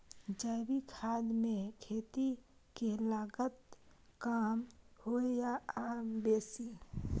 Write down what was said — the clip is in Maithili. जैविक खाद मे खेती के लागत कम होय ये आ बेसी?